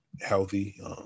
healthy